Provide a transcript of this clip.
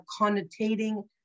connotating